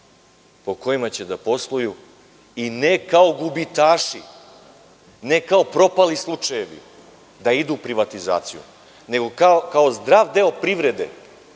po kojima će da posluju, ali ne kao gubitaši, ne kao propali slučajevi da idu u privatizaciju, nego kao zdrav deo privrede,